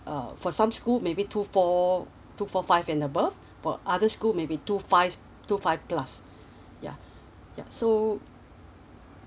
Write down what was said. uh for some school maybe two four two four five and above for other school maybe two five two five plus ya yup so